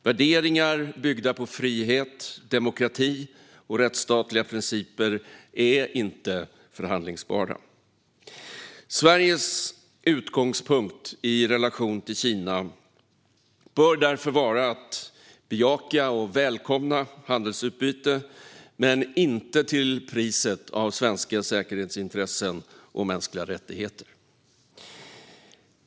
Värderingar byggda på frihet, demokrati och rättsstatliga principer är inte förhandlingsbara. Sveriges utgångspunkt i relationen till Kina bör därför vara att bejaka och välkomna handelsutbyte, men inte till priset av svenska säkerhetsintressen och mänskliga rättigheter.